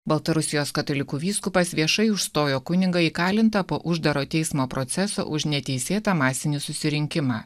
baltarusijos katalikų vyskupas viešai užstojo kunigą įkalintą po uždaro teismo proceso už neteisėtą masinį susirinkimą